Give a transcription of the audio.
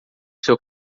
seu